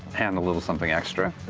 and a little something extra.